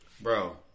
Bro